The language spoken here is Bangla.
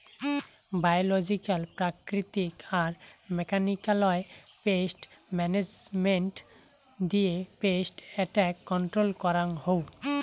বায়লজিক্যাল প্রাকৃতিক আর মেকানিক্যালয় পেস্ট মানাজমেন্ট দিয়ে পেস্ট এট্যাক কন্ট্রল করাঙ হউ